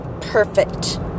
perfect